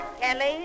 Kelly